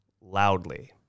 loudly